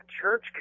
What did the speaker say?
church